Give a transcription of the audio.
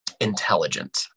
intelligent